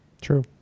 True